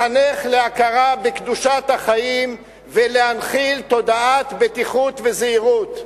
לחנך להכרה בקדושת החיים ולהנחיל תודעת בטיחות וזהירות.